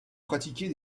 pratiquer